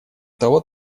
того